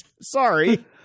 Sorry